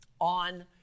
on